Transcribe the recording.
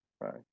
Right